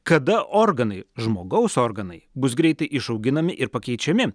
kada organai žmogaus organai bus greitai išauginami ir pakeičiami